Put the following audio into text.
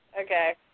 Okay